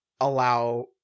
allow